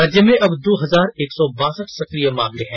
राज्य में अब दो हजार एक सौ बासठ सक्रिय मामले हैं